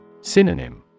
Synonym